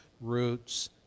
roots